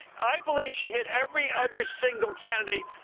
i believe she hit every other single candidate.